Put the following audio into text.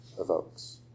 Evokes